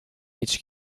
each